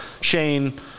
Shane